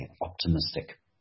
optimistic